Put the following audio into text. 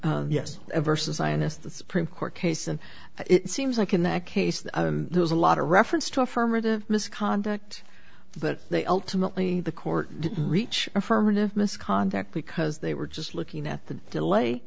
the supreme court case and it seems like in that case there was a lot of reference to affirmative misconduct but they ultimately the court reach affirmative misconduct because they were just looking at the